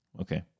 Okay